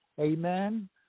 Amen